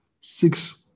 Six